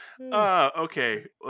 okay